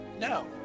No